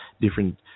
different